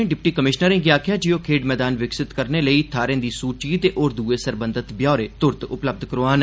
उनें डिप्टी कमिशनरें गी आखेआ जे ओह खेड्ढ मैदान विकसित करने लेई थाहरें दी सूची ते होर दुए सरबंधत ब्यौरे उपलब्ध करोआन